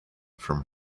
from